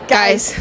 guys